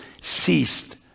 ceased